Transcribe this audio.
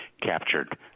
captured